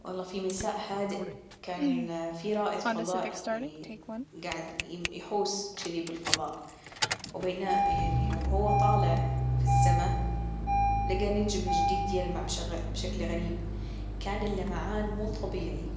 والله في مساء هادئ كان في رائد فضائي يعني قاعد يحوص تشذي بالفضاء وبينما هو طالع في السما لجى نجم جديد يلمع بشكل غريب كان اللمعان مو طبيعي